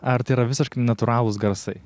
ar tai yra visiškai natūralūs garsai